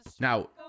Now